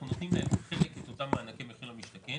אנחנו נותנים להם חלק את אותם מענקי מחיר למשתכן,